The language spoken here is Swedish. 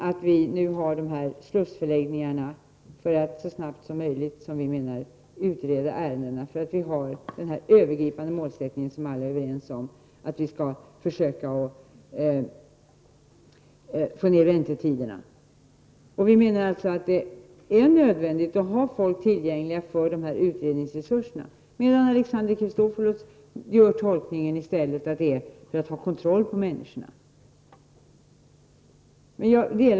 Det gäller alltså slussförläggningarna, som nu finns för att ärendena skall kunna utredas så snabbt som möjligt. Den övergripande målsättningen är ju, som alla är överens om, att försöka få ner väntetiderna. Det är alltså nödvändigt att folk och utredningsresurser finns tillgängliga. Alexander Chrisopoulos gör däremot tolkningen att slussförläggningarna är till för att ha kontroll över människor.